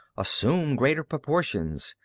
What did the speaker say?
assume greater proportions,